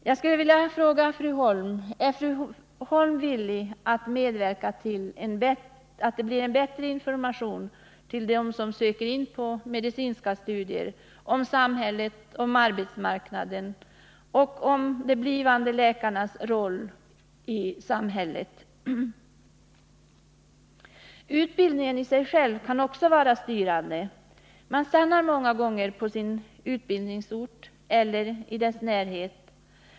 Jag skulle vilja fråga fru Holm: Är fru Holm villig att medverka till att det till dem som söker in på utbildningsanstalter för medicinska studier blir en bättre information om samhället, om arbetsmarknaden och om de blivande läkarnas roll i samhället? Utbildningen i sig själv kan också vara styrande. Man stannar många gånger på sin utbildningsort eller i dess närhet.